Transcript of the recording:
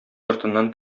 артыннан